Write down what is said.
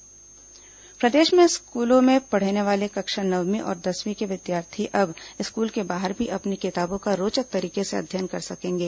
school multimedia app प्रदेश के स्कूलों में पढ़ने वाले कक्षा नवमीं और दसवीं के विद्यार्थी अब स्कूल के बाहर भी अपनी किताबों का रोचक तरीके से अध्ययन कर सकेंगे